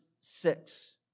six